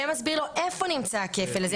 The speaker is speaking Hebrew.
היה מסביר לו איפה נמצא הכפל הזה,